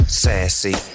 sassy